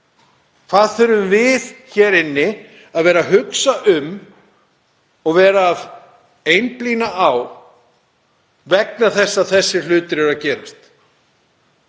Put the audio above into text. Hvað þurfum við hér inni að vera að hugsa um og beina sjónum okkar að vegna þess að þessir hlutir eru að gerast?